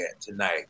tonight